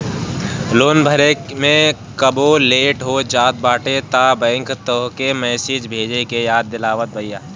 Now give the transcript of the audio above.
loan भरे में कबो लेट हो जात बाटे तअ बैंक तोहके मैसेज भेज के याद दिलावत बिया